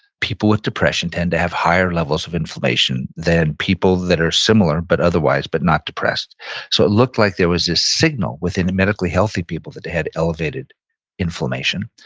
people with depression tend to have higher levels of inflammation than people that are similar but otherwise but not depressed so looked like there was this signal within the medically-healthy people that they had elevated inflammation.